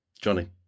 Johnny